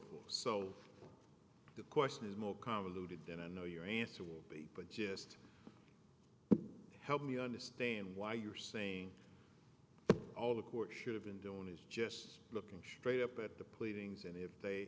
forth so the question is more convoluted then i know your answer will be but just help me understand why you're saying all the court should have been doing is just looking straight up at the pleadings and if they